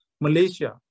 Malaysia